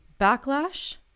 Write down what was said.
backlash